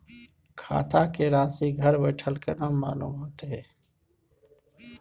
खाता के राशि घर बेठल केना मालूम होते?